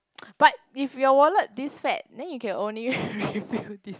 but if your wallet this fat then you can only refill this